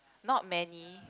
not many